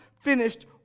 finished